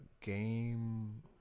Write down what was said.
Game